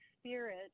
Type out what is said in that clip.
Spirit